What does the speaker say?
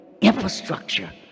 infrastructure